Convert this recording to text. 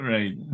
Right